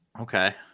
Okay